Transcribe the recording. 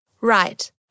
Right